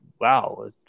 wow